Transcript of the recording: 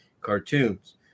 cartoons